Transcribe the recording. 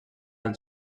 els